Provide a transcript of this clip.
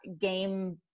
game